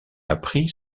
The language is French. appris